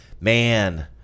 Man